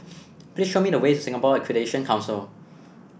please show me the way to Singapore Accreditation Council